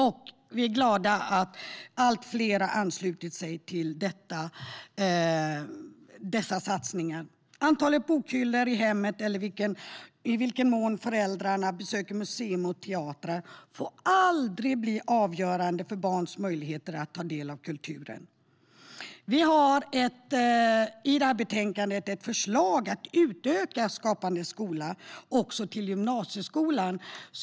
Vi är glada att allt fler har anslutit sig till dessa satsningar. Antalet bokhyllor i hemmet eller i vilken mån föräldrarna besöker museer och teatrar får aldrig bli avgörande för barns möjligheter att ta del av kulturen. Vi har i det här betänkandet ett förslag om att utöka Skapande skola också till gymnasieskolan.